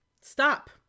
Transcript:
Stop